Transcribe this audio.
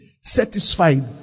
satisfied